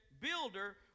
builder